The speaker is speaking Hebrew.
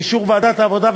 באישור ועדת העבודה,